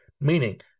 Meaning